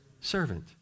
Servant